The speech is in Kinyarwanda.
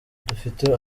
dufite